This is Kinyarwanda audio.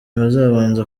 bazabanza